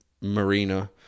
marina